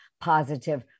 positive